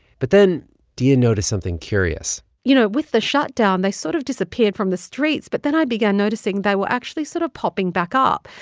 but then diaa noticed something curious you know, with the shutdown, they sort of disappeared from the streets. but then i began noticing they were actually sort of popping back up.